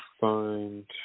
find